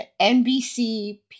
nbc